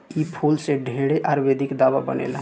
इ फूल से ढेरे आयुर्वेदिक दावा बनेला